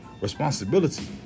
responsibility